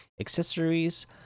Accessories